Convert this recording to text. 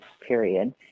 period